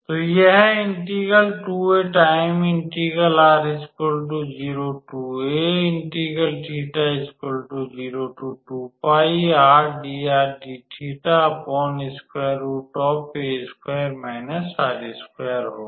तो यह इंटेग्रल होगा